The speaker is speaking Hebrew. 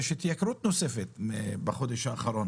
נוספת בחודש האחרון.